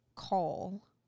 call